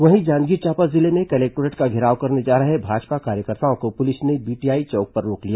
वहीं जांजगीर चांपा जिले में कलेक्टोरेट का धेराव करने जा रहे भाजपा कार्यकर्ताओं को पुलिस ने बीटीआई चौक पर रोक दिया